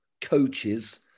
coaches